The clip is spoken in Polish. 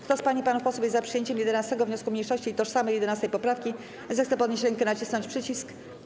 Kto z pań i panów posłów jest za przyjęciem 11. wniosku mniejszości i tożsamej 11. poprawki, zechce podnieść rękę i nacisnąć przycisk.